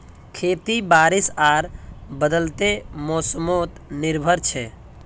खेती बारिश आर बदलते मोसमोत निर्भर छे